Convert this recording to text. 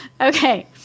Okay